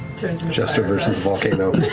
jester versus volcano.